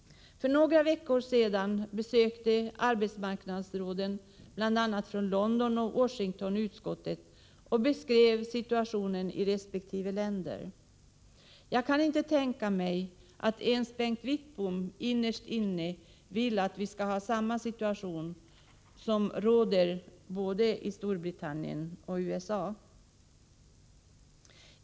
För någon vecka sedan besökte arbetsmarknadsråden bl.a. från London och Washington utskottet och beskrev situationen i resp. länder. Jag kan inte tänka mig att ens Bengt Wittbom innerst inne vill att vi skall ha samma situation på arbetsmarknaden som Storbritannien och USA.